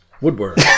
woodwork